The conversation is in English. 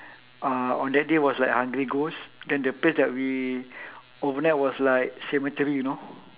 uh on that day was like hungry ghost then the place that we overnight was like cemetery you know